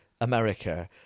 America